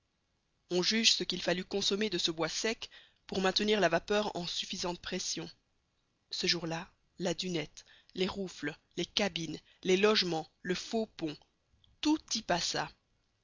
on juge ce qu'il fallut consommer de ce bois sec pour maintenir la vapeur en suffisante pression ce jour-là la dunette les rouffles les cabines les logements le faux pont tout y passa